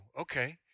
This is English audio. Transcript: okay